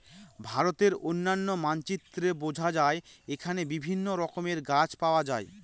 ভারতের অনন্য মানচিত্রে বোঝা যায় এখানে বিভিন্ন রকমের গাছ পাওয়া যায়